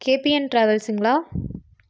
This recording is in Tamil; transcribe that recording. கே பி என் ட்ராவல்ஸுங்களா